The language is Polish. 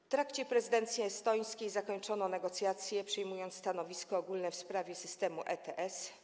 W trakcie prezydencji estońskiej zakończono negocjacje i przyjęto stanowisko ogólne w sprawie systemu ETS.